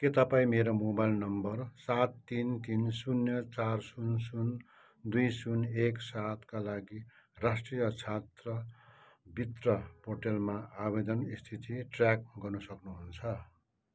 के तपाईँ मेरो मोबाइल नम्बर सात तिन तिन शून्य चार शून्य शून्य दुई शून्य एक सातका लागि राष्ट्रिय छात्रवृत्त पोर्टलमा आवेदन स्थिति ट्र्याक गर्न सक्नुहुन्छ